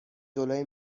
جلوی